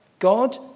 God